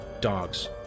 dogs